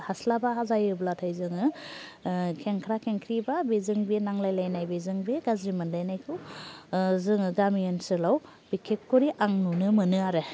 हास्लाबा जायोब्लाथाय जोङो खेंख्रा खेंख्रि बा बेजों बे नांलाय लायनाय बेजों बे गाज्रि मोनलायनायखौ जोङो गामि ओनसोलाव बिखेखकरि आं नुनो मोनो आरो